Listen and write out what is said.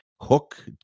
hook